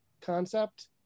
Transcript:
concept